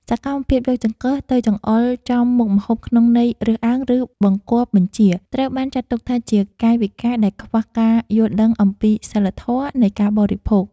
សកម្មភាពយកចង្កឹះទៅចង្អុលចំមុខម្ហូបក្នុងន័យរើសអើងឬបង្គាប់បញ្ជាត្រូវបានចាត់ទុកថាជាកាយវិការដែលខ្វះការយល់ដឹងអំពីសីលធម៌នៃការបរិភោគ។